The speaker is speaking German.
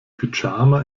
pyjama